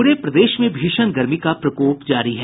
पूरे प्रदेश में भीषण गर्मी का प्रकोप जारी है